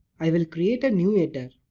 i will create a new header.